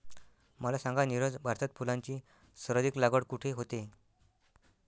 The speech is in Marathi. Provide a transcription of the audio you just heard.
मला सांगा नीरज, भारतात फुलांची सर्वाधिक लागवड कुठे होते?